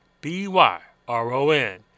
B-Y-R-O-N